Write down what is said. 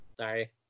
sorry